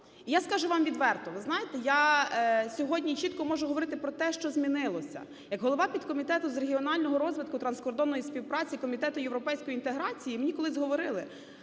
я скажу вам відверто: ви знаєте, я сьогодні чітко можу говорити про те, що змінилося. Як голова підкомітету з регіонального розвитку транскордонної співпраці Комітету європейської інтеграції, мені колись говорили: